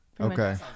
Okay